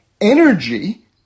energy